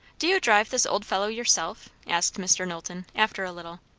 do you drive this old fellow yourself? asked mr. knowlton, after a little.